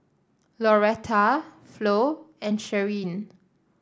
Lauretta Flo and Sherlyn